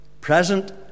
present